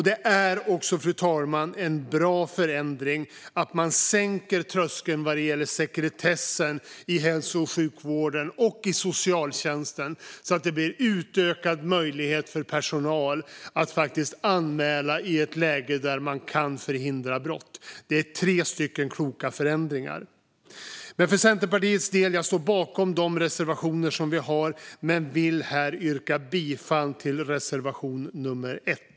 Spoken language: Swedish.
Det är också, fru talman, en bra förändring att man sänker tröskeln vad gäller sekretessen i hälso och sjukvården och i socialtjänsten, så att möjligheten för personal att anmäla i ett läge där man kan förhindra brott utökas. Det är tre kloka förändringar. Jag står bakom de reservationer som Centerpartiet har men yrkar bifall endast till reservation nummer 1.